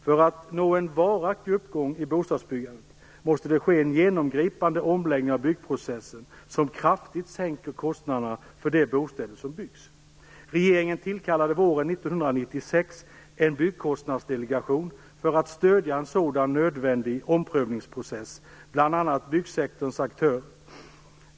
För att nå en varaktig uppgång i bostadsbyggandet måste det ske en genomgripande omläggning av byggprocessen som kraftigt sänker kostnaderna för de bostäder som byggs. Regeringen tillkallade våren 1996 en byggkostnadsdelegation som skulle stödja en sådan nödvändig omprövningsprocess bland byggsektorns aktörer.